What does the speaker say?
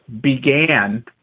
began